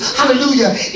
hallelujah